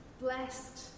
Blessed